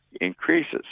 increases